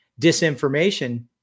disinformation